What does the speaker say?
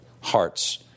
hearts